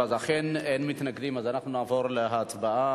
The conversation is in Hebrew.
אכן, אין מתנגדים, אז אנחנו נעבור להצבעה.